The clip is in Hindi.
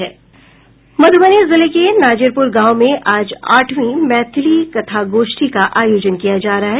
मधुबनी जिले के नाजिरपुर गांव में आज आठवीं मैथिली कथागोष्ठी का आयोजन किया जा रहा है